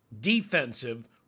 Defensive